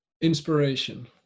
Inspiration